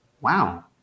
wow